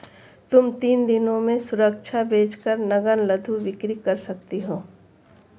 तुम तीन दिनों में सुरक्षा बेच कर नग्न लघु बिक्री कर सकती हो